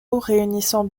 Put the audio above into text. réunissant